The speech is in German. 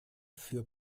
für